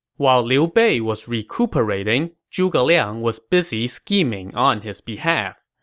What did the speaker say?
while liu bei was recuperating, zhuge liang was busy scheming on his behalf.